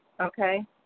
Okay